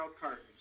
cartons